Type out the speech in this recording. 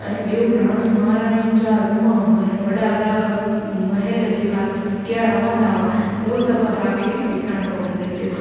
ऐं ॿियो राणी महाराणियुनि जा रूम वॾा वॾा महल जेका कीअं रहंदा हुआ उहो सभु असांखे ॾिसण थो मिले पियो